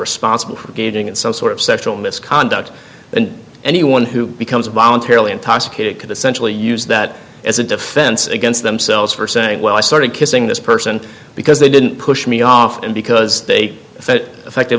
responsible for getting in some sort of sexual misconduct and anyone who becomes voluntarily intoxicated could essentially use that as a defense against themselves for saying well i started kissing this person because they didn't push me off and because they